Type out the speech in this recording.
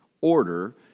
order